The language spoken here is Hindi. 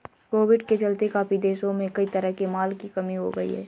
कोविड के चलते काफी देशों में कई तरह के माल की कमी हो गई थी